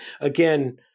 again